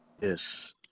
Yes